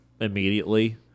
immediately